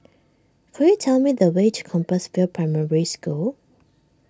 could you tell me the way to Compassvale Primary School